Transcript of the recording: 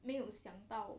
没有想到